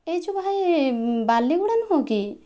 ଏ ଯେଉଁ ଭାଇ ବାଲିଗୁଡ଼ା ନୁହଁ କି